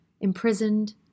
imprisoned